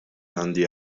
għandi